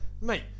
mate